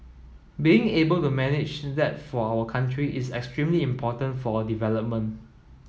being able to manage that for our country is extremely important for our development